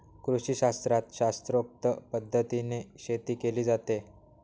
कृषीशास्त्रात शास्त्रोक्त पद्धतीने शेती केली जाते